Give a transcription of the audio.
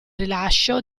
rilascio